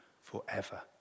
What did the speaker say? forever